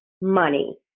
money